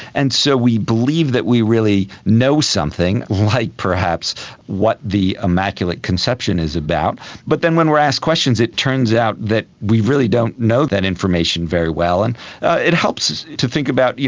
and so we believe that we really know something, like perhaps what the immaculate conception is about, but then when we are asked questions it turns out that we really don't know that information very well. and it helps us to think about,